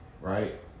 Right